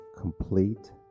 complete